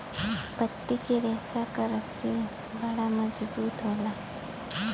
पत्ती के रेशा क रस्सी बड़ा मजबूत होला